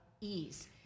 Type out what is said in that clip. ease